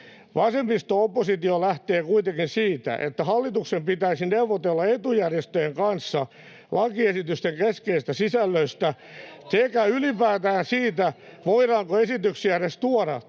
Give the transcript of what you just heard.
Vasemmisto-oppositio lähtee kuitenkin siitä, että hallituksen pitäisi neuvotella etujärjestöjen kanssa lakiesitysten keskeisistä sisällöistä sekä ylipäätään siitä, voidaanko esityksiä edes tuoda